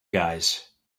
guys